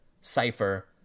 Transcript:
cipher